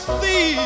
see